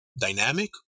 dynamic